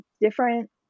different